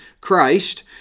Christ